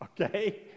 okay